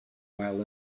while